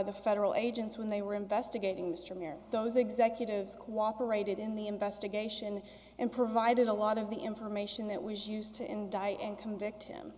the federal agents when they were investigating mr miller those executives cooperated in the investigation and provided a lot of the information that was used to indict and convict him